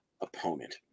opponent